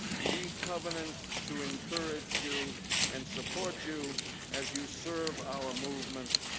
we covenant to encourage you and support you as you serve our movement.